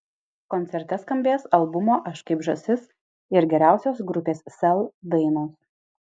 koncerte skambės albumo aš kaip žąsis ir geriausios grupės sel dainos